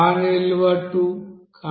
దాని విలువ 2